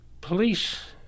police